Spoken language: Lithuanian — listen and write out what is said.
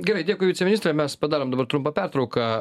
gerai dėkui viceministre mes padarom dabar trumpą pertrauką